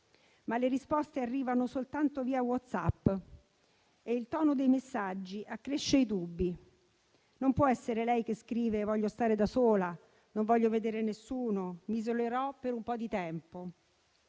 Ma le risposte arrivano soltanto via WhatsApp e il tono dei messaggi accresce i dubbi. Non può essere lei che scrive «voglio stare da sola, non voglio vedere nessuno, mi isolerò per un po' di tempo».